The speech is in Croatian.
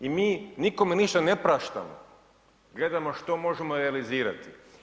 I mi nikome ništa ne praštamo, gledamo što možemo realizirati.